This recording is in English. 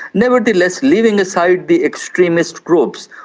nevertheless, leaving aside the extremist groups,